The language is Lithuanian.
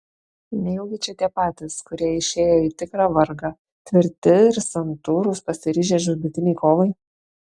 nejaugi čia tie patys kurie išėjo į tikrą vargą tvirti ir santūrūs pasiryžę žūtbūtinei kovai